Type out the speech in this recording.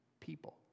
people